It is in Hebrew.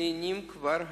נהנים כבר היום,